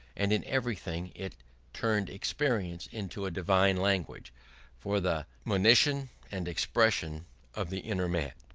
and in everything it turned experience into a divine language for the monition and expression of the inner man.